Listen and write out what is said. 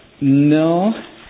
No